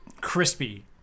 crispy